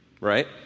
right